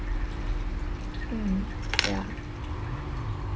mm ya